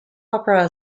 opera